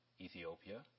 Ethiopia